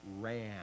ran